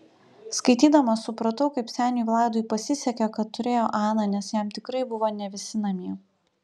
skaitydama supratau kaip seniui vladui pasisekė kad turėjo aną nes jam tikrai buvo ne visi namie